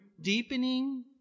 deepening